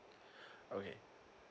okay